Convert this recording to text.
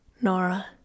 nora